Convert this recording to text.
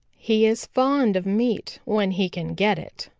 he is fond of meat when he can get it.